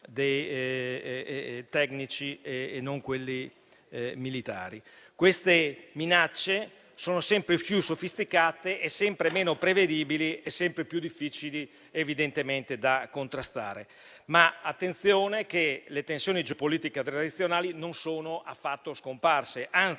dei tecnici e non quelli militari. Queste minacce sono sempre più sofisticate, meno prevedibili e più difficili, evidentemente, da contrastare. Attenzione: le tensioni geopolitiche tradizionali non sono affatto scomparse; anzi,